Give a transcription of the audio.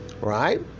right